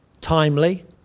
timely